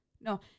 No